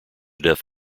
death